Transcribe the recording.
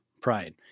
pride